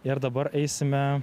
ir dabar eisime